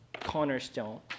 cornerstone